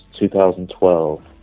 2012